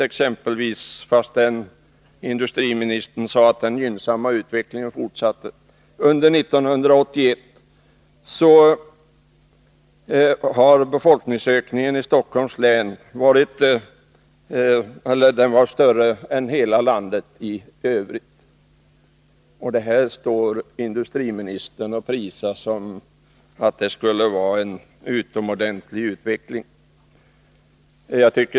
Och trots att industriministern sade att den gynnsamma utvecklingen har fortsatt, har befolkningsökningen i Stockholms län under 1981 varit större än i hela i landet. Detta står industriministern och prisar, som om det skulle vara en utomordentligt bra utveckling.